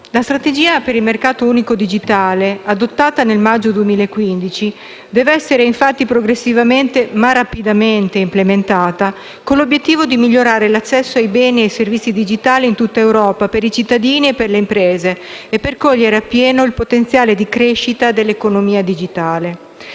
La strategia per il mercato unico digitale, adottata nel maggio 2015, deve essere infatti progressivamente ma rapidamente implementata con l'obiettivo di migliorare l'accesso ai beni e ai servizi digitali in tutta Europa per i cittadini e per le imprese e per cogliere a pieno il potenziale di crescita dell'economia digitale.